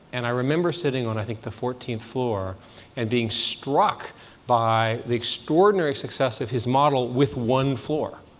and i remember sitting on, i think, the fourteenth floor and being struck by the extraordinary success of his model with one floor.